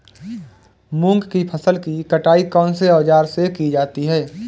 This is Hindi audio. मूंग की फसल की कटाई कौनसे औज़ार से की जाती है?